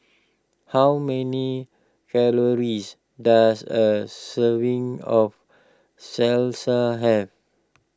how many calories does a serving of Salsa have